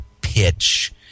pitch